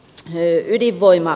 he ydinvoima